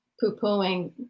poo-pooing